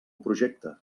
projecte